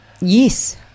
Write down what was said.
yes